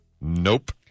Nope